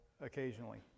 occasionally